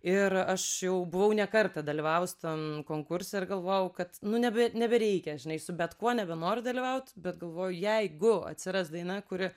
ir aš jau buvau ne kartą dalyvavus tam konkurse ir galvojau kad nu nebe nebereikia žinai su bet kuo nebenoriu dalyvaut bet galvoju jeigu atsiras daina kuri